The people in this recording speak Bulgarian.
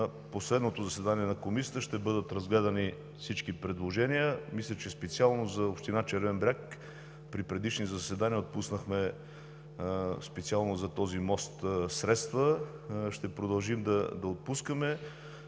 последното заседание на Комисията ще бъдат разгледани всички предложения. Мисля, че специално за община Червен бряг при предишни заседания отпуснахме средства специално за този мост. Ще продължим да отпускаме,